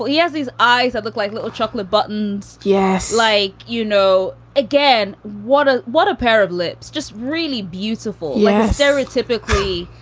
he has his eyes that look like little chocolate buttons. yes. like, you know, again, what a what a pair of lips. just really beautiful. less stereotypically,